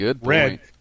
red